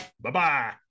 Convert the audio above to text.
Bye-bye